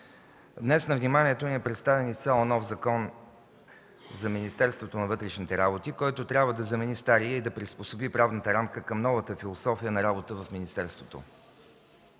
днес на вниманието ни е представен изцяло нов Закон за Министерството на вътрешните работи, който трябва да замени стария и да приспособи правната рамка към новата философия на работа в министерството.